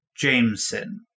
Jameson